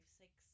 six